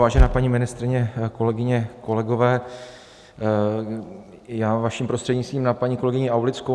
Vážená paní ministryně, kolegyně, kolegové, vaším prostřednictvím, na paní kolegyni Aulickou.